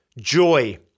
joy